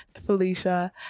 Felicia